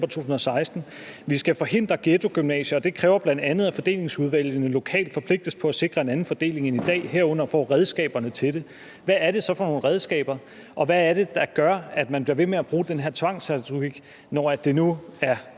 »Vi skal forhindre ghettogymnasier, og det kræver bl.a., at fordelingsudvalgene lokalt forpligtes på at sikre en anden fordeling end i dag, herunder får redskaberne til det.« Hvad er det så for nogle redskaber? Og hvad er det, der gør, at man bliver ved med at bruge den tvangsretorik, når det nu er